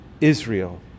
Israel